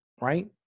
Right